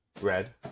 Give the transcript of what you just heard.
Red